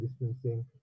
distancing